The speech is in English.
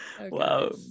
wow